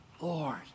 Lord